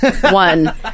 one